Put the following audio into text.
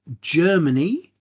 Germany